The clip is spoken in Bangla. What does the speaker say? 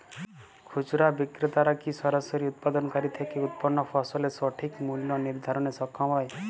খুচরা বিক্রেতারা কী সরাসরি উৎপাদনকারী থেকে উৎপন্ন ফসলের সঠিক মূল্য নির্ধারণে সক্ষম হয়?